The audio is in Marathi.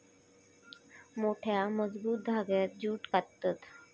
मोठ्या, मजबूत धांग्यांत जूट काततत